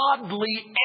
godly